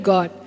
God